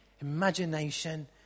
imagination